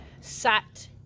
sat